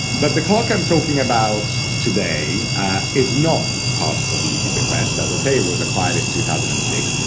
but the clock i'm talking about today is not part of the edey bequest. as i say, it was acquired in two thousand and six,